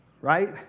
Right